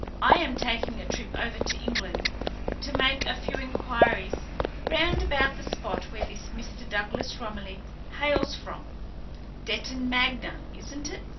i am taking a trip over to england to make a few enquiries round about the spot where this mr. douglas romilly hails from detton magna, isn't it?